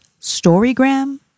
Storygram